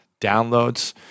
downloads